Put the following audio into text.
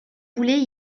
voulait